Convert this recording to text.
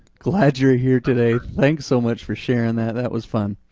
glad you're here today. thanks so much for sharing that, that was fun.